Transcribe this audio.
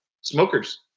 smokers